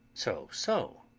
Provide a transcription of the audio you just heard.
so, so!